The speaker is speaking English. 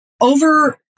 over